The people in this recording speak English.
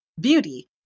beauty